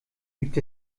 gibt